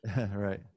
Right